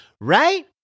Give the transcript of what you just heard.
right